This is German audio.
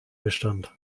bestand